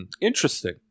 interesting